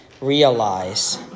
realize